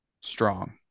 Strong